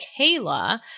Kayla